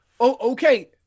okay